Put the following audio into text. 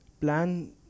plan